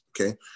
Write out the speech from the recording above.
Okay